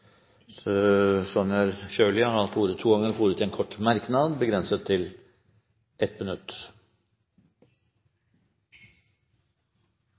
Sjøli har hatt ordet to ganger og får ordet til en kort merknad, begrenset til 1 minutt.